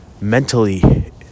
mentally